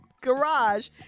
garage